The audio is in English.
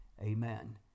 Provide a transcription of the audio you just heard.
amen